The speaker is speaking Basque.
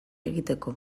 egiteko